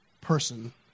person